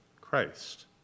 Christ